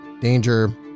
danger